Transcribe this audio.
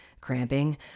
cramping